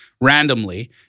randomly